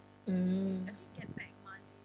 mm